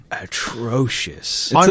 atrocious